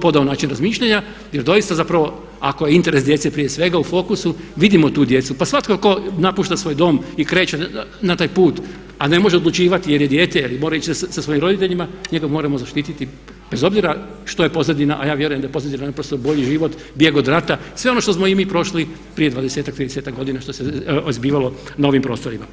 podao način razmišljanja jer doista zapravo ako je interes djece prije svega u fokusu vidimo tu djecu pa svatko tko napušta svoj dom i kreće na taj put a ne može odlučivati jer je dijete jer mora ići sa svojim roditeljima, njega moramo zaštiti bez obzira što je pozadina a ja vjerujem da je pozadina naprosto bolji život, bijeg od rata, sve ono što smo i mi prošli prije 20, 30 godina što se zbivalo na ovim prostorima.